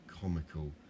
comical